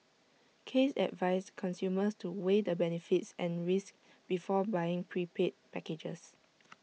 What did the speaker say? case advised consumers to weigh the benefits and risks before buying prepaid packages